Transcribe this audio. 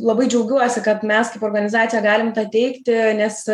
labai džiaugiuosi kad mes kaip organizacija galim tą teikti nes